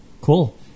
cool